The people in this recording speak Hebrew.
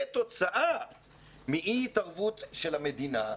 כתוצאה מאי התערבות של המדינה,